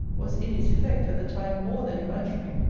was in its effect at the time more than imaginary,